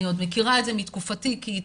אני עוד מכירה את זה מתקופתי כעיתונאי.